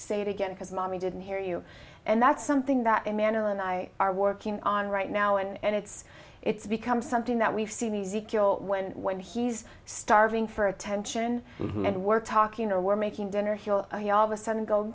say it again because mommy didn't hear you and that's something that emanuel and i are working on right now and it's it's become something that we've seen easy kill when when he's starving for attention and we're talking or we're making dinner he'll be all of a sudden go